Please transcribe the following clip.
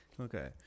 Okay